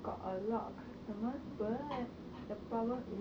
got a lot of customers but the problem is